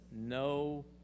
no